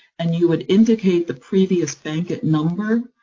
and you would indicate the previous bankit number,